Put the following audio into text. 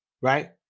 right